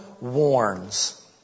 warns